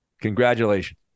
congratulations